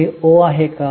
हे ओ आहे का